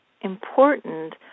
important